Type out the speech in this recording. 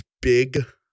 big